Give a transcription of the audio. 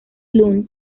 lund